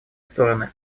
стороны